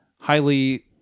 highly